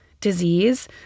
disease